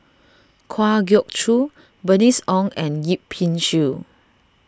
Kwa Geok Choo Bernice Ong and Yip Pin Xiu